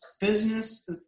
business